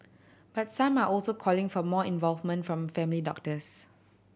but some are also calling for more involvement from family doctors